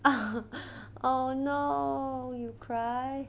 oh no you cry